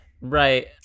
Right